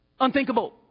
Unthinkable